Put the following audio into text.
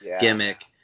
gimmick